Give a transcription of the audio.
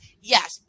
Yes